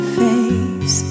face